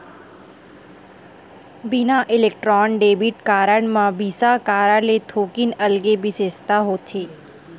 बिसा Electron debit card म Visa card ले थोकिन अलगे बिसेसता होथे